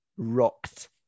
rocked